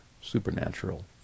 supernatural